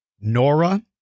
Nora